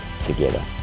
together